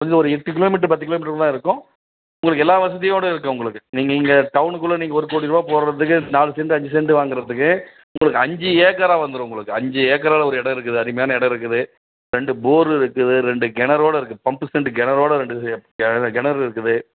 கொஞ்சம் ஒரு எட்டு கிலோமீட்டர் பத்து கிலோமீட்டர்க்குள்ளே இருக்கும் உங்களுக்கு எல்லாம் வசதியோடய இருக்கும் உங்களுக்கு நீங்கள் இங்கே டவுனுக்குள்ள நீங்கள் ஒரு கோடி ரூபா போடுறதுக்கு நாலு செண்ட்டு அஞ்சு செண்ட்டு வாங்கிறதுக்கு உங்களுக்கு அஞ்சு ஏக்கராக வந்துரும் உங்களுக்கு அஞ்சு ஏக்கரால ஒரு இடம் இருக்குது அருமையான இடம் இருக்குது ரெண்டு போரு இருக்குது ரெண்டு கிணறோட இருக்கு பம்ப்பு செண்ட்டு கிணறோட ரெண்டு இருக்குது கெண கிணறு இருக்குது